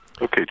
Okay